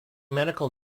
medical